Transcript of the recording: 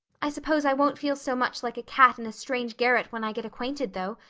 i suppose i won't feel so much like a cat in a strange garret when i get acquainted, though.